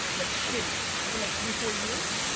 like shitty for like, three, four years.